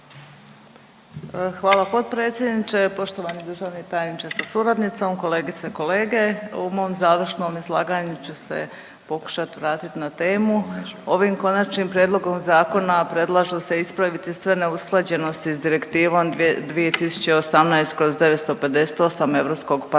Hvala potpredsjedniče. Poštovani državni tajniče sa suradnicom, kolegice i kolege. U mom završnom izlaganju ću se pokušati vratiti na temu. Ovim konačnim prijedlogom zakona predlažu se ispraviti sve neusklađenosti s Direktivom 2018/958 Europskog parlamenta